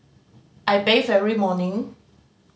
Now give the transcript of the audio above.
I bathe every morning